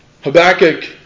Habakkuk